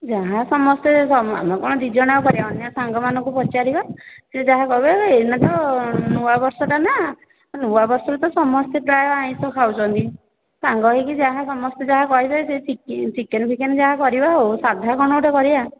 ଯାହା ସମସ୍ତେ ଆମେ କ'ଣ ଦୁଇଜଣ ଆଉ କରିବା ଅନ୍ୟ ସାଙ୍ଗ ମାନଙ୍କୁ ପଚାରିବା ସେ ଯାହା କହିବେ ଏଇନାତ ନୂଆବର୍ଷଟା ନା ନୂଆବର୍ଷରେ ତ ସମସ୍ତେ ପ୍ରାୟ ଆଇଁଷ ଖାଉଛନ୍ତି ସାଙ୍ଗ ହୋଇକି ଯାହା ସମସ୍ତେ ଯାହା କହିବେ ସେହି ଚିକେନ ଫିକେନ ଯାହା କରିବା ଆଉ ସାଧା କ'ଣ ଗୋଟେ କରିବା